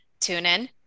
TuneIn